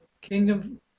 kingdom